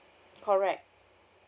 correct